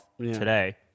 today